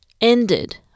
ended